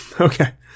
okay